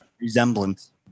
resemblance